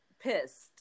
pissed